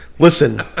Listen